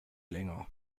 länger